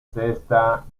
sexta